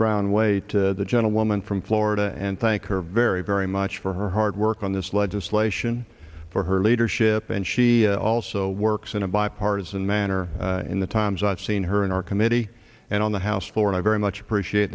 brown way to the gentlewoman from florida and thank her very very much for her hard work on this legislation for her leadership and she also works in a bipartisan manner in the times i've seen her in our committee and on the house floor i very much appreciate